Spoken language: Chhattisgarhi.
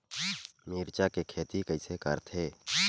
मिरचा के खेती कइसे करथे?